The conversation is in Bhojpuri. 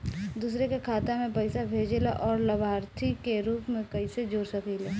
दूसरे के खाता में पइसा भेजेला और लभार्थी के रूप में कइसे जोड़ सकिले?